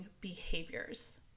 behaviors